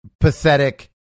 pathetic